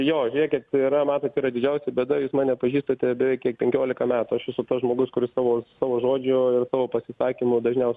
jo žiūrėkit yra matot yra didžiausia bėda jūs mane pažįstate beveik kiek penkiolika metų aš esu tas žmogus kuris savo savo žodžio ir tavo pasisakymų dažniaus